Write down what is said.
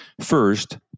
First